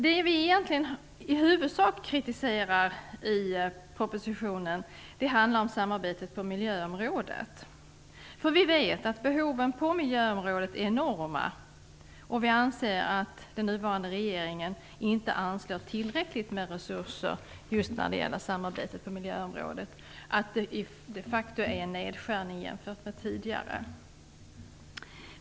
Det vi i huvudsak kritiserar i propositionen är samarbetet på miljöområdet. Vi vet att behoven på miljöområdet är enorma, och vi anser att den nuvarande regeringen inte anslår tillräckligt med resurser just när det gäller samarbetet på miljöområdet. Det sker de facto en nedskärning jämfört med tidigare.